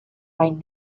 right